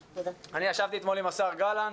אתמול ישבתי עם השר גלנט